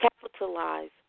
capitalize